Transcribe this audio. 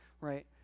right